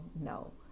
no